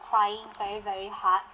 crying very very hard